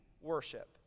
worship